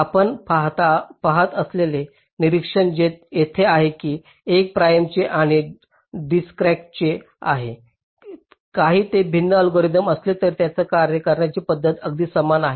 आपण पहात असलेले निरीक्षण येथे आहे की हे प्राइमचे आणि डिजकस्ट्राचे आहे जरी ते भिन्न अल्गोरिदम असले तरी त्यांचे कार्य करण्याची पद्धत अगदी समान आहे